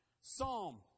Psalm